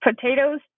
potatoes